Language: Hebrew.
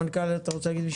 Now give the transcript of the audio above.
המנכ"ל, בבקשה.